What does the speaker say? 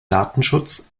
datenschutz